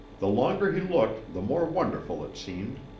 the longer he looked, the more wonderful it seemed.